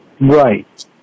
Right